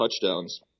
touchdowns